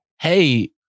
Hey